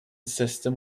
system